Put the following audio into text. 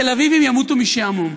התל אביבים ימותו משעמום.